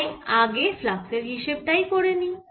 তাই আগে ফ্লাক্সের হিসেব টাই করে নিই